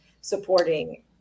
supporting